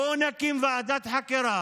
בואו נקים ועדת חקירה